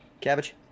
Cabbage